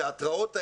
התיאטראות האלה,